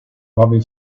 robbie